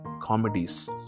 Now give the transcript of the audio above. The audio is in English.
comedies